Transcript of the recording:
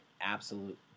absolute